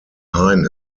hein